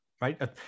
right